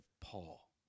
Paul